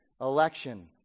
election